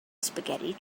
spaghetti